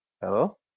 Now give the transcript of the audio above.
Hello